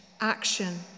action